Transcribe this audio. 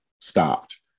stopped